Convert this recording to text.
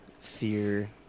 fear